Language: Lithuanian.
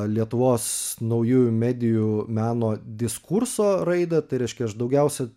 lietuvos naujųjų medijų meno diskurso raidą tai reiškia aš daugiausia